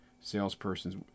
salesperson's